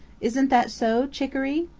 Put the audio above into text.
isn't that so, chicoree?